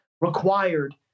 required